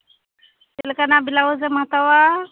ᱪᱮᱫ ᱞᱮᱠᱟᱱᱟᱜ ᱵᱞᱟᱣᱩᱡᱮᱢ ᱦᱟᱛᱟᱣᱟ